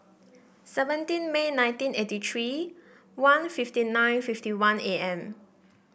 seventeen May nineteen eighty three one fifty nine fifty one A M